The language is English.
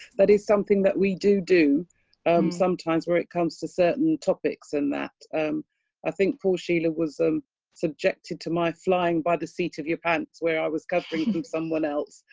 that is something that we do do um sometimes when it comes to certain topics, and that i think paul sheila was um subjected to my flying by the seat of your pants where i was covering from someone else.